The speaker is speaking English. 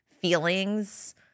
feelings